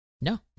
No